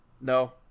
No